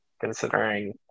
considering